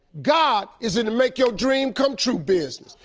god is gonna make your dream come true business.